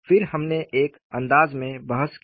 फिर हमने एक अंदाज में बहस की